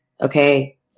okay